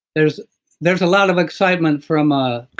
there's there's a lot of excitement from ah